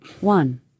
One